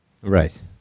Right